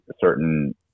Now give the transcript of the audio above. certain